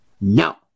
No